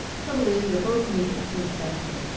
trouble is you're both in the eighteenth century.